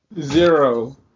Zero